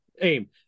AIM